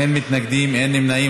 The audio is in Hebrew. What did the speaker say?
אין מתנגדים, אין נמנעים.